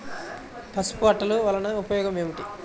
పసుపు అట్టలు వలన ఉపయోగం ఏమిటి?